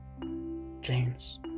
James